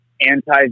anti